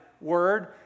word